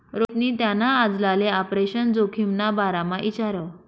रोहितनी त्याना आजलाले आपरेशन जोखिमना बारामा इचारं